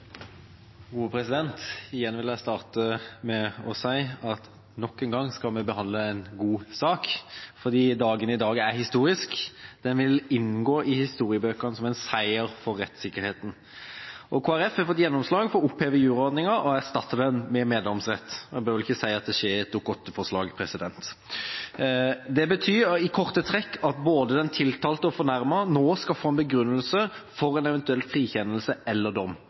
Igjen vil jeg starte med å si at nok en gang skal vi behandle en god sak, for dagen i dag er historisk – den vil inngå i historiebøkene som en seier for rettssikkerheten. Kristelig Folkeparti har fått gjennomslag for å oppheve juryordninga og erstatte den med meddomsrett – jeg behøver vel ikke si at det skjer med et Dokument 8-forslag. Det betyr i korte trekk at både den tiltalte og den fornærmede nå skal få en begrunnelse for en eventuell frikjennelse eller dom.